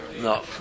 No